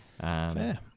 Fair